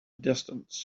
distance